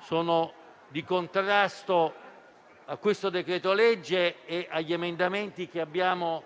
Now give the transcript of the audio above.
sono di contrasto a questo decreto-legge e agli emendamenti che abbiamo